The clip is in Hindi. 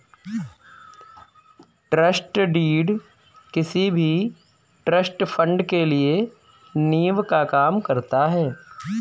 ट्रस्ट डीड किसी भी ट्रस्ट फण्ड के लिए नीव का काम करता है